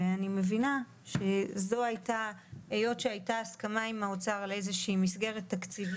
אני מבינה שהייתה הסכמה עם משרד האוצר על איזו מסגרת תקציבית.